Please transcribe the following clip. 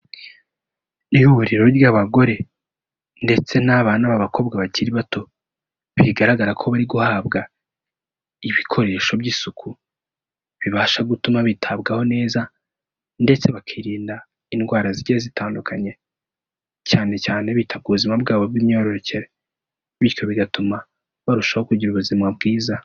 Ihuriro ry'abagore ndetse n'abana b'abakobwa bakiri bato, bigaragara ko bari guhabwa ibikoresho by'isuku, bibasha gutuma bitabwaho neza, ndetse bakirinda indwara zigiye zitandukanye, cyane cyane bita ku buzima bwabo bw'imyororokere, bityo bigatuma barushaho kugira ubuzima bwiza.